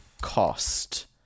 cost